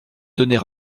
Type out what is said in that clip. donner